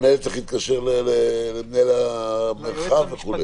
המנהל צריך להתקשר למנהל המרחב וכו'?